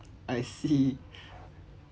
I see